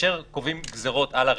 כאשר קובעים גזרות על הרחוב,